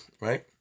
right